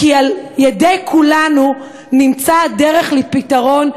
כי בידי כולנו נמצאת דרך לפתרון,